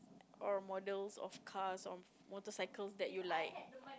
or models of cars of motorcycles that you like